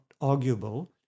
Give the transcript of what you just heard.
arguable